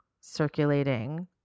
circulating